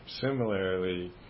Similarly